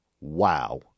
Wow